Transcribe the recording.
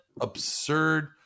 absurd